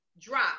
drop